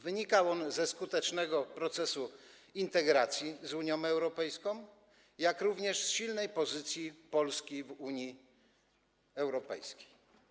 Wynikał on ze skutecznego procesu integracji z Unią Europejską, jak również z silnej pozycji Polski w Unii Europejskiej.